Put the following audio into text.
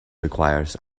requires